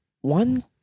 One